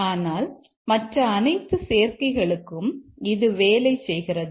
ஆனால் மற்ற அனைத்து சேர்க்கைகளுக்கும் இது வேலை செய்கிறது